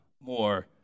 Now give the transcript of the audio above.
more